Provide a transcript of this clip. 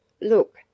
Look